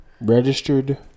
registered